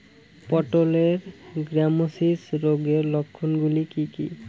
পটলের গ্যামোসিস রোগের লক্ষণগুলি কী কী?